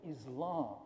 Islam